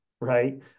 right